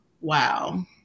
Wow